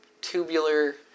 tubular